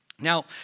Now